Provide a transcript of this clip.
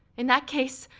in that case,